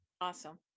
Awesome